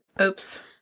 Oops